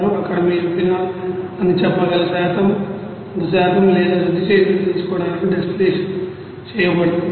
అక్కడ మీరు ఫినాయిల్ అని చెప్పగల కొంత శాతం లేదా శుద్ధి చేసినట్లు తెలుసుకోవడానికి డిస్టిల్లషన్ చేయబడుతుంది